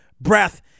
breath